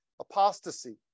Apostasy